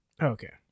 Okay